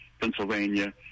Pennsylvania